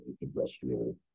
industrial